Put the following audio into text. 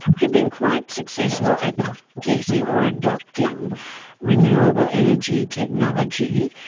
we've been quite successful at getting or adopting renewable energy technology,